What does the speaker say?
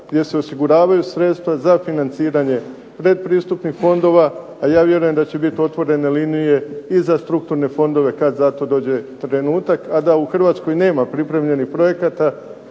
gdje se osiguravaju sredstva za financiranje predpristupnih fondova, a ja vjerujem da će biti otvorene linije i za strukturne fondove kad za to dođe trenutak, a da u Hrvatskoj nema pripremljenih projekata